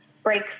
break